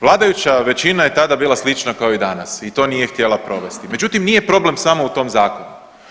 Vladajuća većina je tada bila slična kao i danas i to nije htjela provesti, međutim, nije problem samo u tom zakonu.